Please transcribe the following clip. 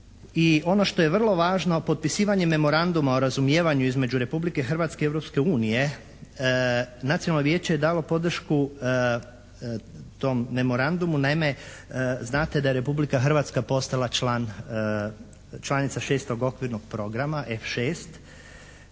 ono što je vrlo važno potpisivanje memoranduma o razumijevanju između Republike Hrvatske i Europske unije. Nacionalno vijeće je dalo podršku tom memorandumu. Naime, znate da je Republika Hrvatska postala članica 6. Okvirnog programa, F6,